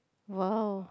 !wow!